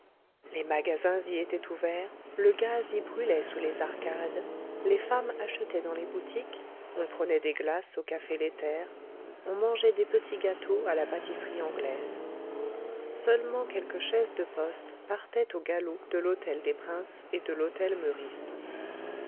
les magasins y étaient ouverts le gaz y brûlait sous les arcades les femmes achetaient dans les boutiques on prenait des glaces au café laiter on mangeait des petits gâteaux à la pâtisserie anglaise seulement quelques chaises de poste partaient au galop de l'hôtel des princes et de l'hôtel meurice